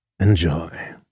Enjoy